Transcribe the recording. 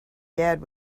dad